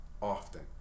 often